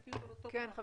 אומרים שזה כתוב.